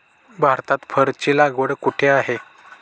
भारतात फरची लागवड कुठे आहे?